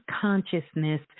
consciousness